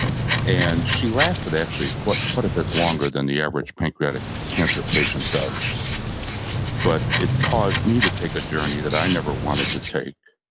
and she lasted actually quite a bit longer than the average pancreatic cancer patient does but it caused me to take a journey that i never wanted to take.